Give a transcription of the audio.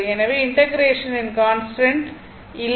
எனவே இன்டெக்ரேஷனின் கான்ஸ்டன்ட் இல்லை